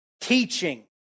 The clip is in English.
teaching